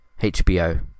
HBO